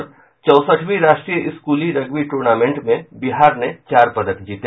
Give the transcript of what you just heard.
और चौसठवीं राष्ट्रीय स्कूली रग्बी टूर्नामेंट में बिहार ने चार पदक जीते